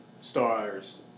stars